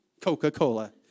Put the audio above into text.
Coca-Cola